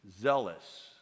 zealous